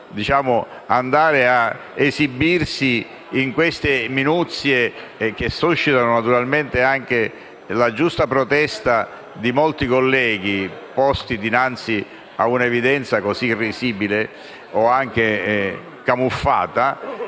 andare a esibirsi in queste minuzie, che suscitano anche la giusta protesta di molti colleghi posti dinanzi a una evidenza così risibile o anche camuffata,